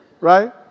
Right